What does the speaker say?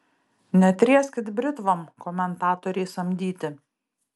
netrieskit britvom komentatoriai samdyti